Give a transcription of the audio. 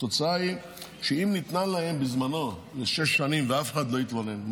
התוצאה היא שאם זה ניתן להם בזמנו לשש שנים ואף אחד לא התלונן,